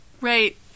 Right